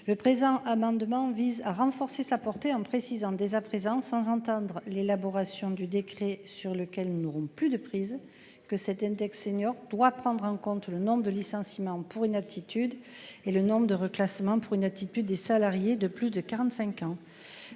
Le présent amendement vise à renforcer sa portée en précisant dès à présent sans entendre l'élaboration du décret sur lequel n'auront plus de prise que cet index seniors doit prendre en compte le nombre de licenciements pour inaptitude et le nombre de reclassement pour une attitude des salariés de plus de 45 ans.